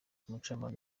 umucamanza